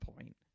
point